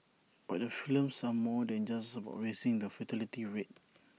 but the films are more than just about raising the fertility rate